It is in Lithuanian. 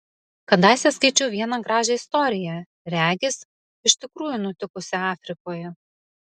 kadaise skaičiau vieną gražią istoriją regis iš tikrųjų nutikusią afrikoje